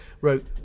wrote